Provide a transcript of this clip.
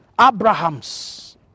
Abraham's